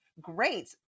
great